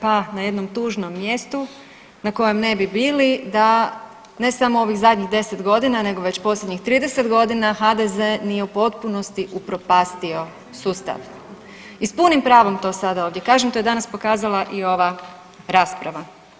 Pa na jednom tužnom mjestu na kojem ne bi bili da, ne samo ovih zadnjih 10 godina nego već posljednjih 30 godina HDZ nije u potpunosti upropastio sustav i s punim pravom to sada ovdje kažem, to je danas pokazala i ova rasprava.